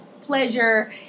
pleasure